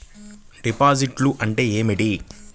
డిపాజిట్లు అంటే ఏమిటి?